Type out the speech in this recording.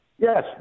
Yes